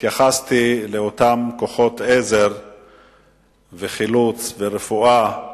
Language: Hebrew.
והתייחסתי לאותם כוחות עזר וחילוץ ורפואה